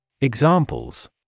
Examples